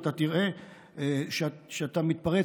ואתה תראה שאתה מתפרץ,